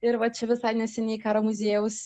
ir va čia visai neseniai karo muziejaus